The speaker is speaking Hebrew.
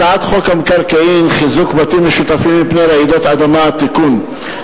הצעת חוק המקרקעין (חיזוק בתים משותפים מפני רעידות אדמה) (תיקון),